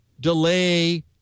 delay